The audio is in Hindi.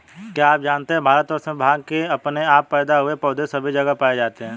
क्या आप जानते है भारतवर्ष में भांग के अपने आप पैदा हुए पौधे सभी जगह पाये जाते हैं?